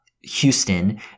Houston